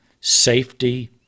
safety